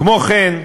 כמו כן,